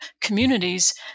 communities